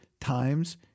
times